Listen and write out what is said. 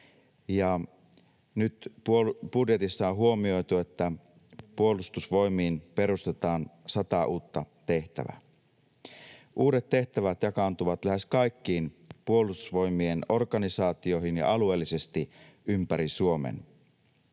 nyt budjetissa on huomioitu, että Puolustusvoimiin perustetaan 100 uutta tehtävää. Uudet tehtävät jakaantuvat lähes kaikkiin Puolustusvoimien organisaatioihin ja alueellisesti ympäri Suomen.